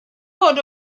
fod